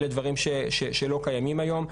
אלה דברים שלא קיימים היום.